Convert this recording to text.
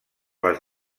les